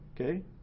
okay